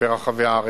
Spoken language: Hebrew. ברחבי הארץ.